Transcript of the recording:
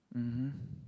mmhmm